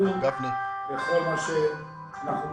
לדון בכל מה שאנחנו